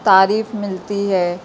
تعریف ملتی ہے